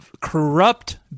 corrupt